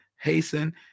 hasten